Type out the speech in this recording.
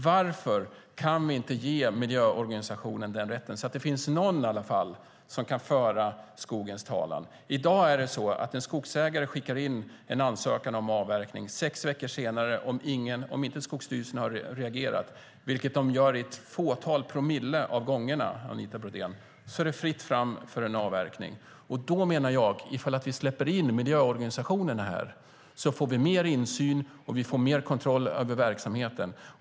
Varför kan vi inte ge miljöorganisationerna den rätten, så att det i alla fall finns någon som kan föra skogens talan? I dag är det så att en skogsägare skickar in en ansökan om avverkning. Sex veckor senare är det fritt fram för avverkning, om inte Skogsstyrelsen har reagerat, vilket de gör vid ett fåtal promille av alla ansökningar, Anita Brodén. Ifall vi släpper in miljöorganisationerna här får vi mer insyn och mer kontroll över verksamheten.